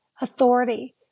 authority